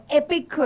epic